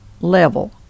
level